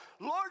Lord